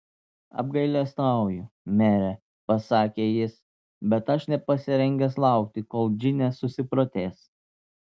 apgailestauju mere pasakė jis bet aš nepasirengęs laukti kol džinė susiprotės